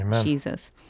Jesus